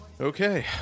Okay